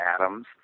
atoms